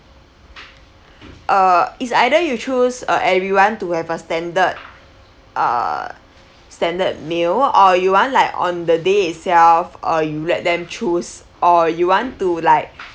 uh it's either you choose uh everyone to have a standard uh standard meal or you want like on the day itself uh you let them choose or you want to like